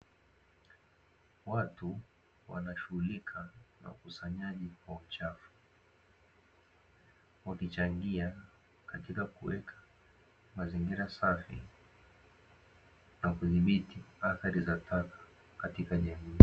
Watu wanashughulika na ukusanyaji wa uchafu, wakichangia katika kuweka mazingira safi na kuthibiti athari za taka katika jamii.